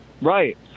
Right